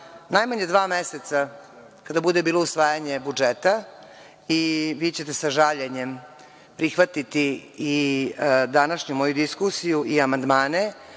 najmanje dva meseca kada bude bilo usvajanje budžeta, i vi ćete sa žaljenjem prihvatiti i današnju moju diskusiju i amandmane,